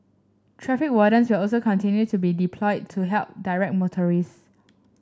traffic wardens will also continue to be deployed to help direct motorist